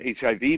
HIV